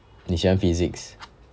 你喜欢 physics